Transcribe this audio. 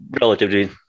relatively